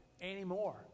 anymore